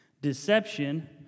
Deception